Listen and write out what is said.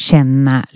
Känna